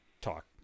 talk